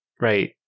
Right